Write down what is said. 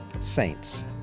Saints